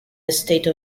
estate